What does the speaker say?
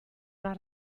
una